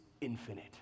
infinite